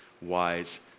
wise